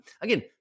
again